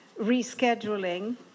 rescheduling